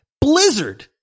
Blizzard